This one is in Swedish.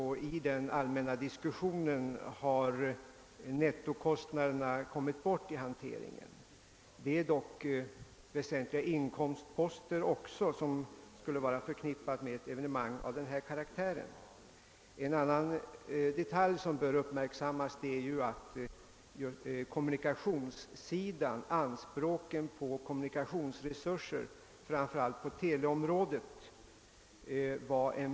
I den allmänna diskussionen har nettokostnaderna kommit bort i hanteringen. Det skulle dock vara mycket väsentliga inkomstposter förknippade med ett evenemang av denna karaktär. En annan detalj som bör uppmärksammas är att en mycket betydande del av kostnadsposterna utgjordes av anspråken på kommunikationsresurser, framför allt på teleområdet.